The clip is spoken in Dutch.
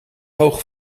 hoog